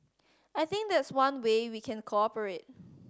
I think that's one way we can cooperate